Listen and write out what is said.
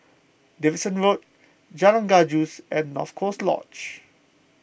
Davidson Road Jalan Gajus and North Coast Lodge